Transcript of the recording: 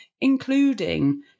including